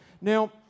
Now